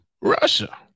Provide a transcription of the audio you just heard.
Russia